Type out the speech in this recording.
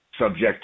subject